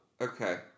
okay